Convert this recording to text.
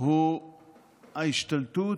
הוא ההשתלטות